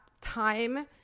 time